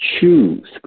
choose